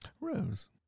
Rose